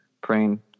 praying